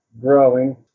growing